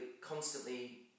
constantly